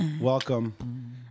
Welcome